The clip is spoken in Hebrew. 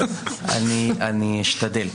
אני אשתדל.